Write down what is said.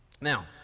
Now